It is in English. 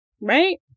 right